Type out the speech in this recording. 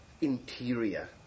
interior